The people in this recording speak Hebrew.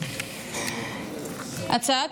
הצעת